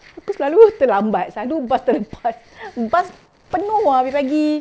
tapi selalu aku terlambat selalu bas terlepas bas penuh ah pagi-pagi